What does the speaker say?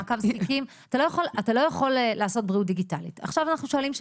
מעקב זקיקים אתה לא יכול לעשות בריאות דיגיטלית.